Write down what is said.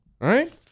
right